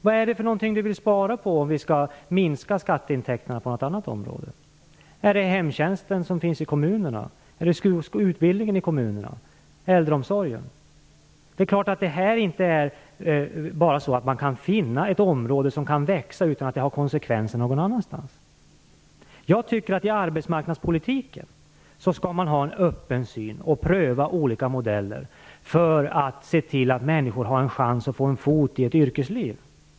Vad vill Rose-Marie Frebran spara på om vi skall minska skatteintäkterna på något annat område? Är det hemtjänsten som finns i kommunerna? Är det utbildningen i kommunerna? Är det äldreomsorgen? Det är klart att det inte bara är så att man kan finna ett område som kan växa utan att det har konsekvenser någon annanstans. Jag tycker att man i arbetsmarknadspolitiken skall ha en öppen syn och pröva olika modeller för att se till att människor har en chans att få in en fot i yrkeslivet.